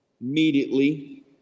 Immediately